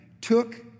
took